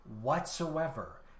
whatsoever